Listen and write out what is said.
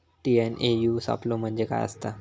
TNAU सापलो म्हणजे काय असतां?